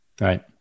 Right